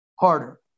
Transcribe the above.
harder